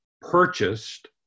purchased